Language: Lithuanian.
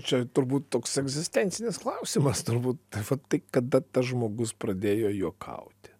čia turbūt toks egzistencinis klausimas turbūt tai kada tas žmogus pradėjo juokauti